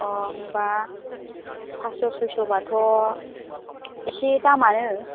अ होमब्ला पास्स' सयस'ब्लाथ' एसे दामआनो